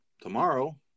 tomorrow